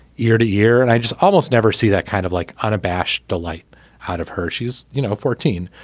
year to year and i just almost never see that kind of like unabashed delight out of her. she's you know fourteen.